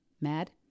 Mad